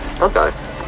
Okay